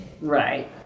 Right